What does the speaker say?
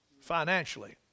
financially